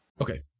okay